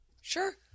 Sure